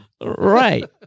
Right